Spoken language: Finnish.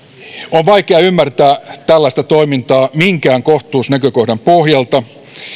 on vaikea ymmärtää tällaista toimintaa minkään kohtuusnäkökohdan pohjalta